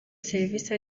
serivisi